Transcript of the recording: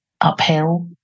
uphill